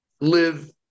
live